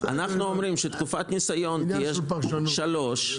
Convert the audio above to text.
אנחנו אומרים שתקופת ניסיון תהיה 3,